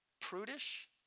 prudish